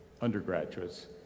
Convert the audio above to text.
undergraduates